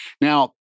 Now